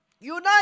unite